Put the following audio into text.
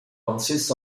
consists